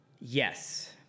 Yes